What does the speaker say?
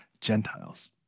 Gentiles